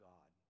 God